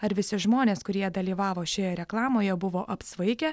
ar visi žmonės kurie dalyvavo šioje reklamoje buvo apsvaigę